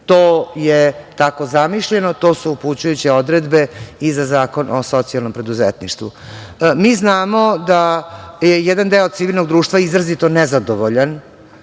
To je tako zamišljeno, to su upućujuće odredbe i za Zakon o socijalnom preduzetništvu. Mi znamo da je jedan deo civilnog društva izrazito nezadovoljan